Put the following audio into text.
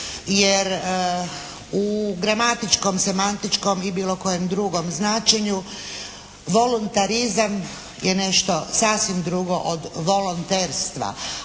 jer u gramatičkom, semantičkom i bilo kojem drugom značenju voluntarizam je nešto sasvim drugo od volonterstva.